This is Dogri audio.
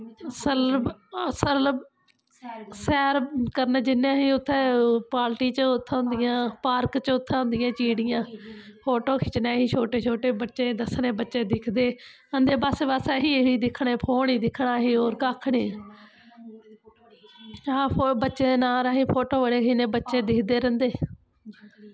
सरल सरल सैर करन जन्ने असीं उत्थें पालटी च उत्थै होंदियां पार्क च उत्थें होंदियां चिड़ियां फोटो खिच्चने अस छोटे छोटे बच्चें गी दस्सने बच्चे दिखदे आखदे बस बस असें एह् ई फोन गै दिक्खना अहीं होर कक्ख नी दिक्खना बच्चेंआ दे नाल असें फोटो बड़े खिच्चने ते बच्चे दिखदे रैंह्दे